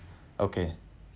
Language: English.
okay